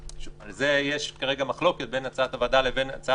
על זה יש כרגע מחלוקת בין הצעת הוועדה להצעת